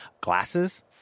glasses